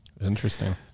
Interesting